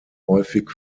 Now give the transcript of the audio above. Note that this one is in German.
häufig